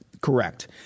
Correct